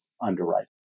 underwriting